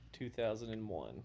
2001